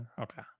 Okay